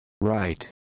Right